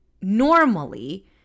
Normally